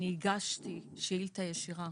אני הגשתי שאילתה ישירה